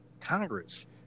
Congress